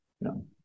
No